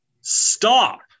stop